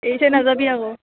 এৰি থৈ নাযাবি আকৌ